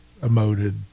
emoted